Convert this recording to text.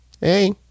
Hey